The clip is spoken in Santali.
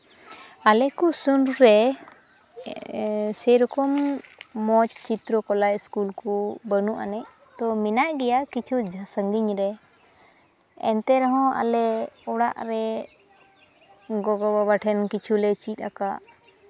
ᱟᱞᱮ ᱠᱚ ᱥᱩᱨ ᱨᱮ ᱥᱮᱭ ᱨᱚᱠᱚᱢ ᱢᱚᱡᱽ ᱪᱤᱛᱨᱚ ᱠᱚᱞᱟ ᱥᱠᱩᱞ ᱠᱚ ᱵᱟᱹᱱᱩᱜ ᱟᱹᱱᱤᱡ ᱛᱳ ᱢᱮᱱᱟᱜ ᱜᱮᱭᱟ ᱠᱤᱪᱷᱩ ᱥᱟᱺᱜᱤᱧ ᱨᱮ ᱮᱱᱛᱮ ᱨᱮᱦᱚᱸ ᱟᱞᱮ ᱚᱲᱟᱜ ᱨᱮ ᱜᱚᱜᱚᱼᱵᱟᱵᱟ ᱴᱷᱮᱱ ᱠᱤᱪᱷᱩᱞᱮ ᱪᱮᱫ ᱟᱠᱟᱫ